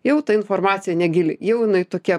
jau ta informacija negili jau jinai tokia